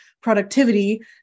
productivity